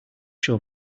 show